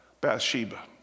Bathsheba